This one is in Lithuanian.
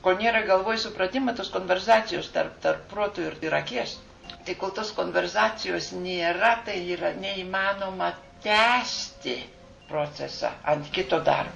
ko nėra galvoj supratimo tos konversacijos tarp tarp proto ir ir akies tai kol tos konversacijos nėra tai yra neįmanoma tęsti procesą ant kito dar